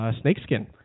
snakeskin